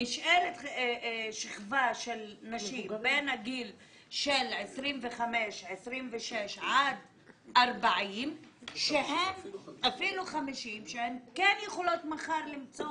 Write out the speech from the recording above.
נשארת שכבה של נשים בין גילאי 25-26 עד גיל 50 שהן כן יכולות מחר למצוא